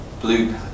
blue